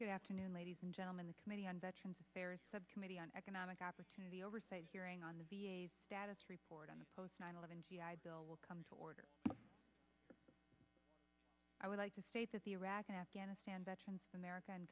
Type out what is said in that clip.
good afternoon ladies and gentlemen the committee on veterans affairs subcommittee on economic opportunity oversight hearing on the status report on the post nine eleven g i bill will come to order i would like to state that the iraq and afghanistan veterans of america